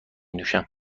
نوشم